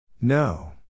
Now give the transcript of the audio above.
No